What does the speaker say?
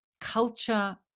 culture